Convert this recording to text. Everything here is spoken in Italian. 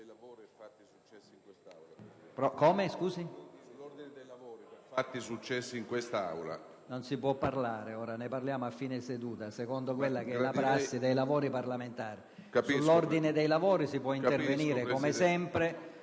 non se ne può parlare ora; ne parleremo a fine seduta, secondo la prassi dei lavori parlamentari. Sull'ordine dei lavori si può intervenire, come sempre,